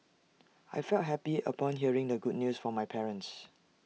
I felt happy upon hearing the good news from my parents